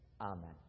Amen